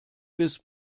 bis